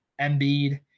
Embiid